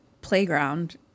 playground